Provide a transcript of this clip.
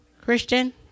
Christian